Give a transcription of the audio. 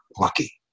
lucky